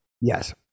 Yes